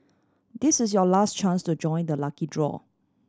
this is your last chance to join the lucky draw